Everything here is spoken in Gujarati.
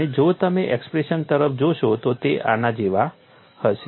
અને જો તમે એક્સપ્રેશન તરફ જોશો તો તે આના જેવા હશે